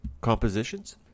compositions